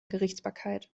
gerichtsbarkeit